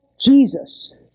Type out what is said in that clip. Jesus